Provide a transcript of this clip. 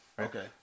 Okay